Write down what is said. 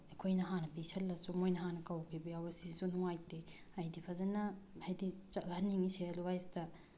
ꯑꯩꯈꯣꯏꯅ ꯍꯥꯟꯅ ꯄꯤꯁꯤꯜꯂꯁꯨ ꯃꯣꯏꯅ ꯍꯥꯟꯅ ꯀꯧꯈꯤꯕ ꯌꯥꯎꯕ ꯁꯤꯁꯨ ꯅꯨꯡꯉꯥꯏꯇꯦ ꯍꯥꯏꯗꯤ ꯐꯖꯅ ꯍꯥꯏꯗꯤ ꯆꯠꯍꯟꯅꯤꯡꯉꯤ ꯁꯦꯔꯦꯜꯋꯥꯏꯇ